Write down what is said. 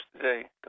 today